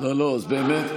זה נגמר,